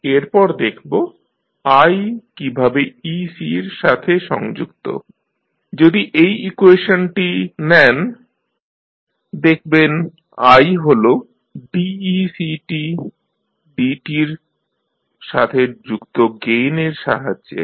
এরপর দেখব i কীভাবে ec র সাথে সংযুক্ত যদি এই ইকুয়েশনটি নেন দেখবেন i হল decdt এর সাথে যুক্ত গেইন এর সাহায্যে